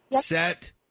set